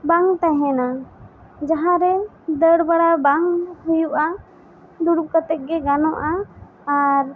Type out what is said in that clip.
ᱵᱟᱝ ᱛᱟᱦᱮᱱᱟ ᱡᱟᱦᱟᱸ ᱨᱮ ᱫᱟᱹᱲ ᱵᱟᱲᱟ ᱵᱟᱝ ᱦᱩᱭᱩᱜᱼᱟ ᱫᱩᱲᱩᱵ ᱠᱟᱛᱮ ᱜᱮ ᱜᱟᱱᱚᱜᱼᱟ ᱟᱨ